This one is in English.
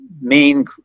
main